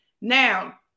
Now